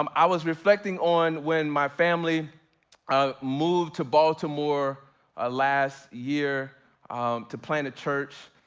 um i was reflecting on when my family ah moved to baltimore ah last year to plant a church.